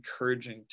encouraging